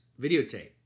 videotape